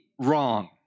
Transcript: wrong